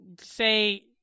Say